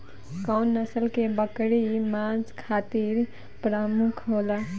कउन नस्ल के बकरी मांस खातिर प्रमुख होले?